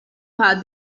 fact